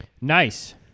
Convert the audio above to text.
Nice